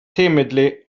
timidly